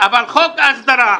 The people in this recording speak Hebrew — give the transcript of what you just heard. אבל חוק ההסדרה,